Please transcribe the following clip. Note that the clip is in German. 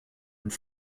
und